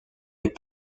les